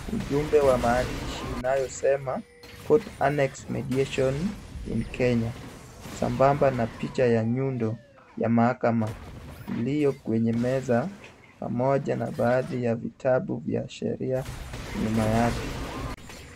Ujumbe wa maandishi unayosema, Code Annex Mediation in Kenya ,sambamba na picha ya nyundo ya mahakama, iliyo kwenye meza pamoja na baadhi ya vitabu vya sheria nyuma yake.